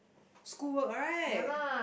school work right